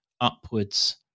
upwards